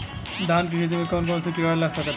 धान के खेती में कौन कौन से किड़ा लग सकता?